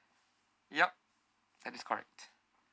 yup that's correct